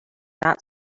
not